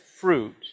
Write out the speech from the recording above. fruit